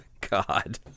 God